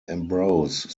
ambrose